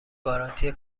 گارانتی